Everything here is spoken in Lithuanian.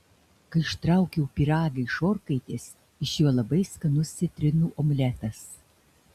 kai ištraukiau pyragą iš orkaitės išėjo labai skanus citrinų omletas